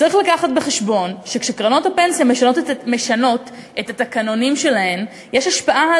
צריך להביא בחשבון שכשקרנות הפנסיה משנות את התקנונים שלהן יש השפעה,